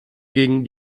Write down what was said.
gegen